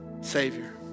Savior